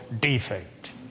defect